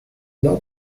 not